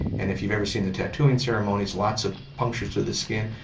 and if you've ever seen the tattoo and ceremonies, lots of punctures to the skin,